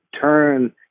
turn